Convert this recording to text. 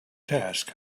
task